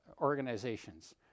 organizations